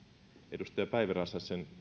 edustaja päivi räsäsen